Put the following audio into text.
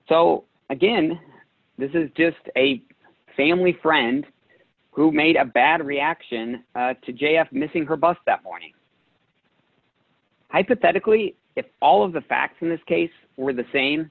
so again this is just a family friend who made a bad reaction to j f missing her bus that morning hypothetically if all of the facts in this case were the same